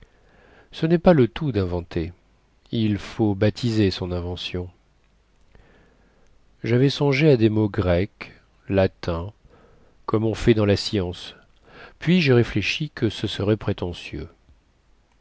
ce nest pas le tout dinventer il faut baptiser son invention javais songé à des mots grecs latins comme on fait dans la science puis jai réfléchi que ce serait prétentieux